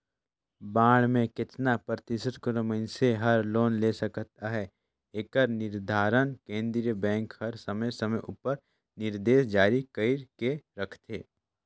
bond में केतना परतिसत कोनो मइनसे हर लोन ले सकत अहे एकर निरधारन केन्द्रीय बेंक हर समे समे उपर निरदेस जारी कइर के रखथे